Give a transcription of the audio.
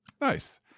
Nice